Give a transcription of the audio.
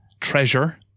treasure